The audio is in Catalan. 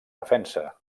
defensa